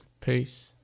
peace